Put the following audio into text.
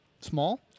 small